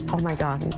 ah oh, my gosh.